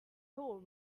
tool